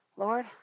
Lord